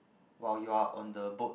while you are on the boat